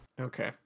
okay